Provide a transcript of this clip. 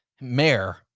mayor